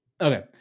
Okay